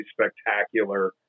spectacular